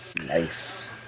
nice